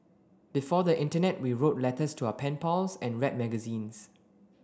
before the internet we wrote letters to our pen pals and read magazines